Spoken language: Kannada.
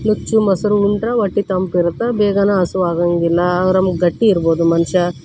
ನುಚ್ಚು ಮೊಸ್ರು ಉಂಡ್ರೆ ಹೊಟ್ಟಿ ತಂಪಿರುತ್ತೆ ಬೇಗನೇ ಹಸಿವಾಗಂಗಿಲ್ಲ ಗಟ್ಟಿ ಇರ್ಬೋದು ಮನುಷ್ಯ